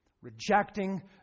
Rejecting